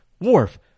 Worf